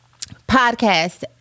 Podcast